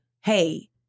hey